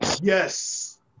Yes